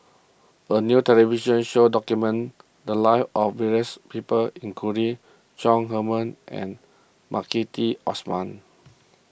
a new television show documented the lives of various people including Chong Heman and Maliki Osman